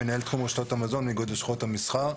מנהל תחום רשתות המזון באיגוד לשכות המסחר.